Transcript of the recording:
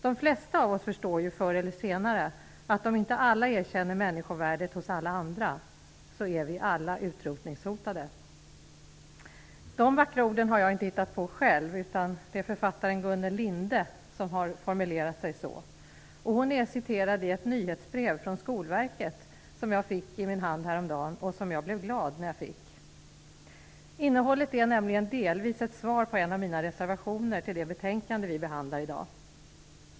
De flesta av oss förstår ju förr eller senare att om inte alla erkänner människovärdet hos alla andra, så är vi alla utrotningshotade. Dessa vackra ord har jag inte hittat på själv, utan det är författarinnan Gunnel Linde som har formulerat sig så. Hon är citerad i ett nyhetsbrev från Skolverket som jag fick i min hand härom dagen. Jag blev glad när jag fick det. Innehållet är nämligen delvis ett svar på en av mina reservationer till det betänkande vi behandlar i dag.